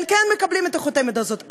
הם כן מקבלים את החותמת הזאת,